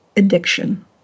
addiction